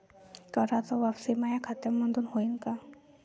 कराच वापसी माया खात्यामंधून होईन का?